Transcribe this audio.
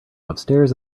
upstairs